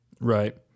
Right